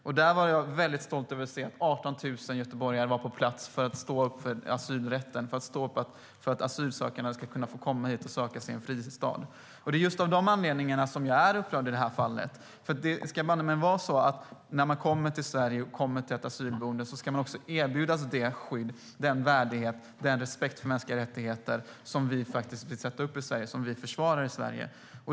Jag var väldigt stolt över att se 18 000 göteborgare som var på plats för att stå upp för asylrätten och för att asylsökande ska kunna komma hit och söka sig en fristad. Det är just av de anledningarna som jag är upprörd i det här fallet. Det ska banne mig vara så att när man kommer till Sverige och kommer till ett asylboende ska man erbjudas det skydd, den värdighet och den respekt för mänskliga rättigheter som vi vill sätta upp i Sverige och som vi försvarar i Sverige.